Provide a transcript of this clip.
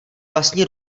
vlastní